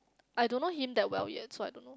I don't know him that well yet so I don't know